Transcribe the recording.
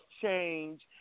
change